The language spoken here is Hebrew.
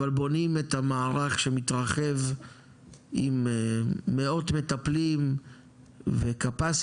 אבל בונים את המערך שמתרחב עם מאות מטפלים ו-capacity